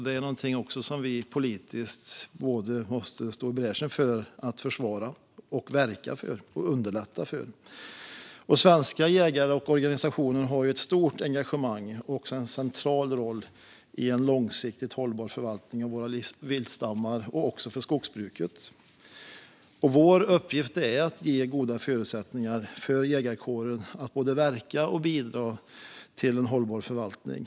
Det är något som vi politiskt måste gå i bräschen för att försvara, att verka för och att underlätta för. Svenska jägare och deras organisationer har ett stort engagemang och en central roll i en långsiktigt hållbar förvaltning av viltstammar och skogsbruk. Vår uppgift är att ge goda förutsättningar för jägarkåren att både verka för och bidra till en hållbar förvaltning.